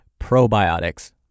probiotics